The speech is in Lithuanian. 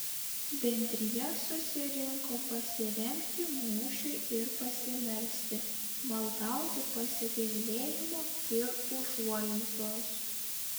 bendrija susirinko pasirengti mūšiui ir pasimelsti maldauti pasigailėjimo ir užuojautos